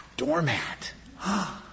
doormat